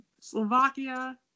Slovakia